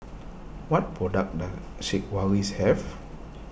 what products does Sigvaris have